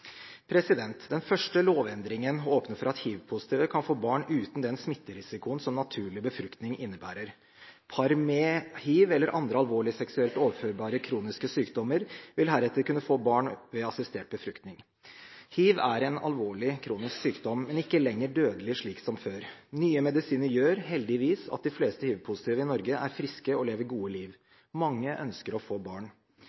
barn. Den første lovendringen åpner for at hivpositive kan få barn uten den smitterisikoen som naturlig befruktning innebærer. Par med hiv eller andre alvorlige seksuelt overførbare kroniske sykdommer vil heretter kunne få barn ved assistert befruktning. Hiv er en alvorlig kronisk sykdom, men ikke lenger dødelig slik som før. Nye medisiner gjør, heldigvis, at de fleste hivpositive i Norge er friske og lever gode